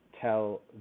tell